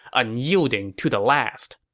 unyielding to the last.